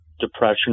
depression